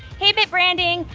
hey, branding.